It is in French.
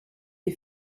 des